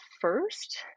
first